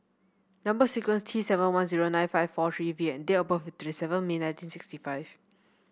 number sequence T seven one zero nine five four three V and date of birth twenty seven May nineteen sixty five